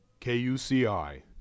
KUCI